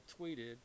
tweeted